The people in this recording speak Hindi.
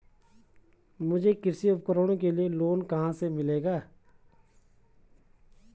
मुझे कृषि उपकरणों के लिए लोन कहाँ से मिलेगा?